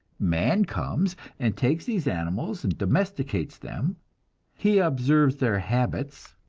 man comes, and takes these animals and domesticates them he observes their habits,